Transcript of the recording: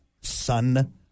son